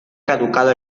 caducado